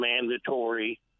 mandatory